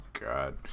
God